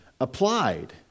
applied